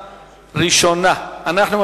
בעד, 33, אין מתנגדים, אין נמנעים.